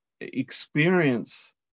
experience